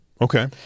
Okay